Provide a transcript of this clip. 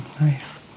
Nice